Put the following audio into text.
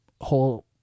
whole